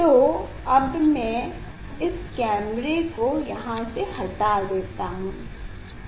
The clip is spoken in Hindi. तो अब में इस कैमरा को यहाँ से हटा देता हूँ ठीक